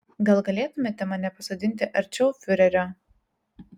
gal galėtumėte mane pasodinti arčiau fiurerio